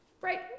Right